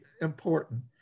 important